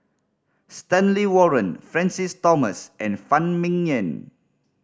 Stanley Warren Francis Thomas and Phan Ming Yen